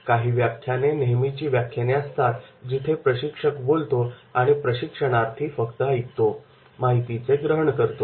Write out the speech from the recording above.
काही व्याख्याने नेहमीची व्याख्याने असतात जिथे प्रशिक्षक बोलतो आणि प्रशिक्षणार्थी फक्त ऐकतो आणि माहितीचे ग्रहण करतो